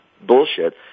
bullshit